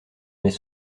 mais